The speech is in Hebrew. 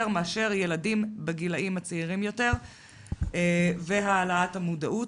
מאשר ילדים בגילים הצעירים יותר והעלאת המודעות.